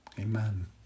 Amen